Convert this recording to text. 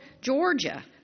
Georgia